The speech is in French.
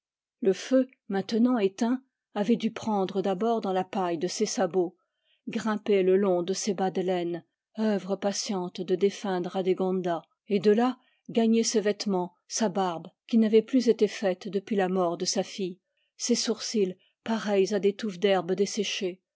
le feu maintenant éteint avait dû prendre d'abord dans la paille de ses sabots grimper le long de ses bas de laine œuvre patiente de défunte radégonda et de là gagner ses vêtements sa barbe qui n'avait plus été faite depuis la mort de sa fille ses sourcils pareils à des touffes d'herbes desséchées